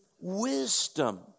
wisdom